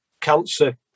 cancer